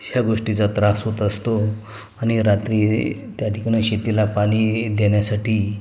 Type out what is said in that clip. ह्या गोष्टीचा त्रास होत असतो आणि रात्री त्या ठिकाणी शेतीला पाणी देण्यासाठी